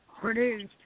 produced